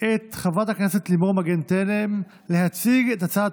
את חברת הכנסת לימור מגן תלם להציג את הצעת